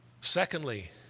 Secondly